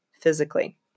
physically